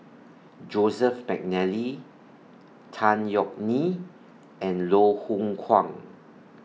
Joseph Mcnally Tan Yeok Nee and Loh Hoong Kwan